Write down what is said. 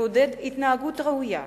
מעודד התנהגות ראויה,